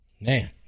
Man